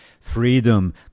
freedom